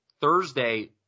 Thursday